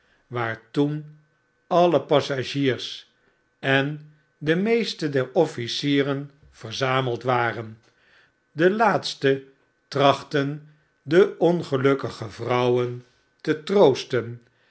waar toen alle passagiers en de meeste der officieren verzaraeld waren de laatstetrachtten de ongelukkige vrouwen te troosten